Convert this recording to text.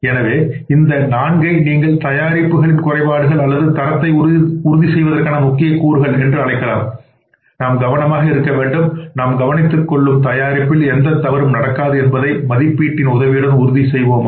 எனவே இந்த நான்கை நீங்கள் தயாரிப்புகளின் குறைபாடுகள் அல்லது தரத்தை உறுதி செய்வதற்கான முக்கிய கூறுகள் என்று அழைக்கலாம் நாம் கவனமாக இருக்க வேண்டும் நாம் கவனித்துக்கொள்ளும் தயாரிப்பில் எந்தத் தவறும் நடக்காது என்பதை மதிப்பீட்டின் உதவியுடன் உறுதி செய்வோம்